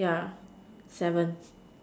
yeah seven